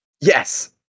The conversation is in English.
Yes